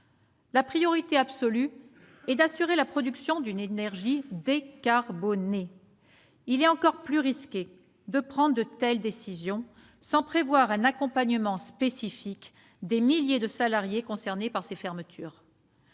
La priorité absolue est d'assurer la production d'une énergie décarbonée. Il est encore plus risqué de prendre de telles décisions sans prévoir des dispositions spécifiques en faveur des milliers de salariés concernés par ces fermetures.